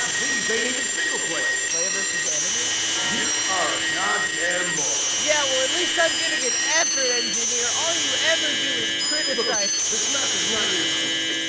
um these ain't even single player! player versus enemy? you are a god damned moron yeah, well at least i'm giving an effort, engineer! all you ever do is criticize look, this map is nine years old,